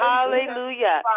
Hallelujah